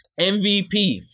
MVP